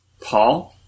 Paul